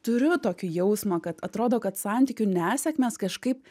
turiu tokį jausmą kad atrodo kad santykių nesėkmės kažkaip